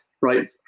right